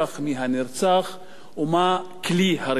מי הנרצח או מה כלי הרצח,